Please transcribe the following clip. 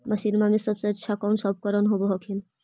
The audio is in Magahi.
मसिनमा मे सबसे अच्छा कौन सा उपकरण कौन होब हखिन?